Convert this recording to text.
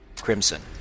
crimson